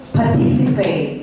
participate